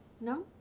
No